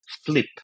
flip